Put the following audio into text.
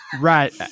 Right